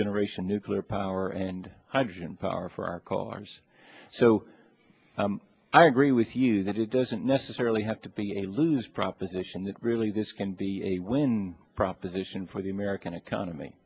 generation nuclear power and hydrogen power for our cars so i agree with you that it doesn't necessarily have to be a lose proposition that really this can be a win proposition for the american